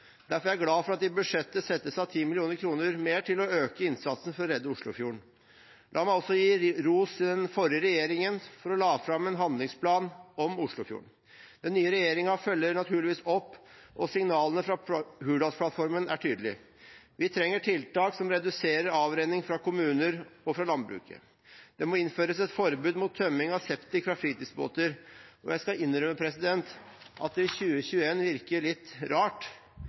Derfor er jeg glad for at det i budsjettet settes av 10 mill. kr mer til å øke innsatsen for å redde Oslofjorden. La meg også gi ros til den forrige regjeringen for at den la fram en handlingsplan om Oslofjorden. Den nye regjeringen følger naturligvis opp, og signalene fra Hurdalsplattformen er tydelige. Vi trenger tiltak som reduserer avrenning fra kommuner og fra landbruket. Det må innføres et forbud mot tømming av septik fra fritidsbåter. Jeg skal innrømme at det i 2021 virker litt rart